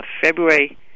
February